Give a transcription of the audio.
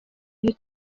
iri